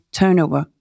turnover